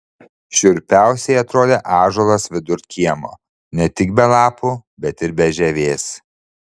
šiurpiausiai atrodė ąžuolas vidur kiemo ne tik be lapų bet ir be žievės